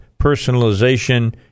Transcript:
personalization